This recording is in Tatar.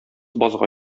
базга